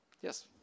Yes